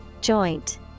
Joint